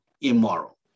immoral